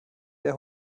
der